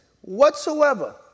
Whatsoever